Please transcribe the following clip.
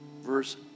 verse